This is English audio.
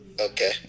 Okay